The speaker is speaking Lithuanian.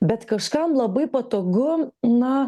bet kažkam labai patogu na